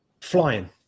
flying